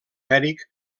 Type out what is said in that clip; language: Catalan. eric